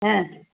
அ